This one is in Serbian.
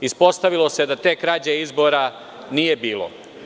Ispostavilo se da te krađe izbora nije bilo.